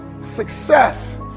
Success